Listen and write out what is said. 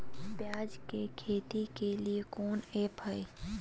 प्याज के खेती के लिए कौन ऐप हाय?